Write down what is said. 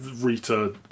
Rita